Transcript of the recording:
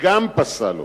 וגם פסל אותו.